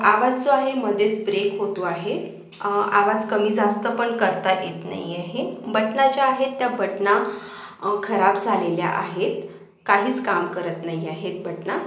आवाज जो आहे मधेच ब्रेक होतो आहे आवाज कमी जास्तपण करता येत नाही आहे बटणा ज्या आहेत त्या बटणा खराब झालेल्या आहेत काहीच काम करत नाही आहेत बटणा